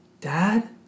dad